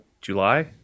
July